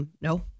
No